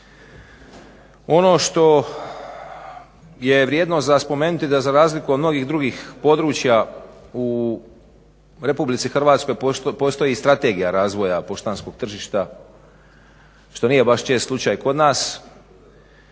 Ono što je vrijedno za spomenuti da za razliku od mnogih drugih područja u RH postoji i Strategija razvoja poštanskog tržišta što nije baš čest slučaj kod nas